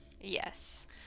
Yes